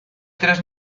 tres